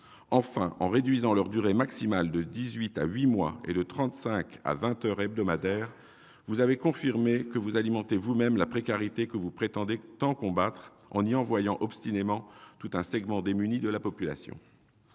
Enfin, en réduisant leur durée maximale de dix-huit à huit mois et de 35 à 20 heures hebdomadaires, vous avez confirmé, madame la ministre, que vous alimentiez vous-même la précarité que vous prétendez tant combattre, en y envoyant obstinément tout un segment démuni de la population.